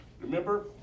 Remember